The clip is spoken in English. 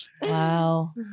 Wow